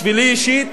בשבילי אישית,